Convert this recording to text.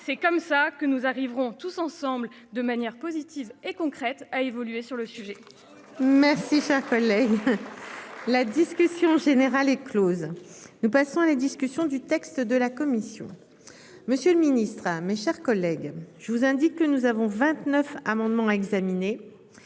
C'est comme ça que nous arriverons tous ensemble de manière positive et concrète, a évolué sur le sujet. Merci cher collègue. La discussion. Générale est Close, nous passons la discussion du texte de la commission. Monsieur le Ministre, mes chers collègues, je vous indique que nous avons 29 amendements examiner.